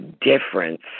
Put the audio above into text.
difference